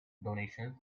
donations